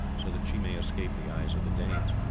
so that she may escape the eyes of the danes.